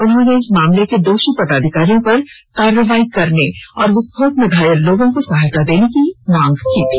उन्होंने इस मामले के दोषी पदाधिकारियों पर कार्रवाई करने और विस्फोट में घायल लोगों को सहायता देने की मांग की थी